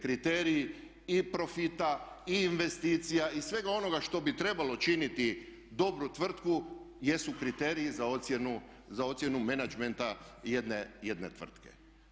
Kriterij i profita i investicija i svega onoga što bi trebalo činiti dobru tvrtku jesu kriteriji za ocjenu menadžmenta jedne tvrtke.